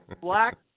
black